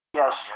yes